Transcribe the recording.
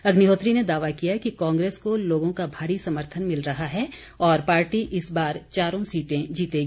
अग्निहोत्री ने दावा किया कि कांग्रेस को लोगों का भारी समर्थन मिल रहा है और पार्टी इस बार चारों सीटें जीतेगी